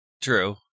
True